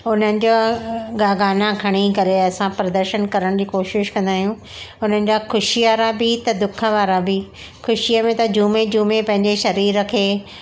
हुननि जा ग गाना खणी करे असां प्रदर्शन करण जी कोशिश कंदा आहियूं हुननि जां ख़ुशी वारा बि त दुख वारा बि ख़ुशी में त झुमी झुमी पंहिंजे शरीर खे